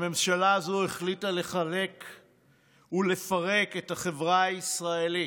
הממשלה הזו החליטה לחלק ולפרק את החברה הישראלית,